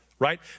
right